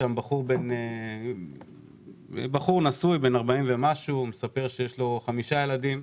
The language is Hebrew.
בחור נשוי בן ארבעים ומשהו עם חמישה ילדים,